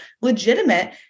legitimate